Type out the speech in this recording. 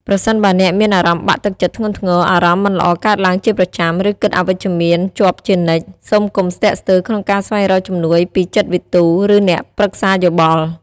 ប្រសិនបើអ្នកមានអារម្មណ៍បាក់ទឹកចិត្តធ្ងន់ធ្ងរ អារម្មណ៍មិនល្អកើតឡើងជាប្រចាំ ឬគិតអវិជ្ជមានជាប់ជានិច្ច សូមកុំស្ទាក់ស្ទើរក្នុងការស្វែងរកជំនួយពីចិត្តវិទូ ឬអ្នកប្រឹក្សាយោបល់។